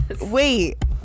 wait